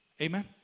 Amen